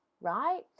Right